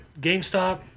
GameStop